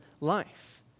life